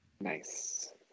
Nice